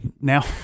now